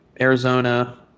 Arizona